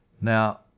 Now